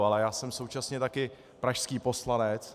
Ale jsem současně také pražský poslanec.